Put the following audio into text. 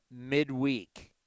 midweek